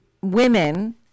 women